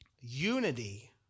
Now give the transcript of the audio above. unity